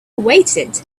waited